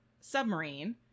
submarine